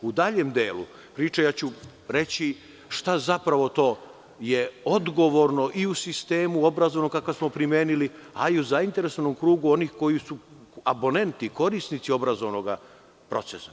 U daljem delu priče reći ću šta je zapravo odgovorno i u sistemu obrazovanja kakav smo primenili, a i u zainteresovanom krugu onih koji su korisnici obrazovnog procesa.